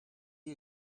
you